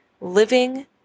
living